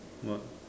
what